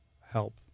help